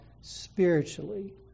spiritually